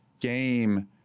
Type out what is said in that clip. game